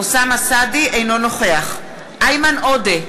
אינו נוכח איימן עודה,